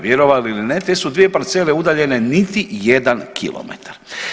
Vjerovali ili ne te su dvije parcele udaljene niti jedan kilometar.